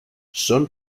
son